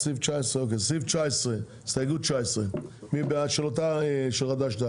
הסתייגות 19 של חד"ש-תע"ל.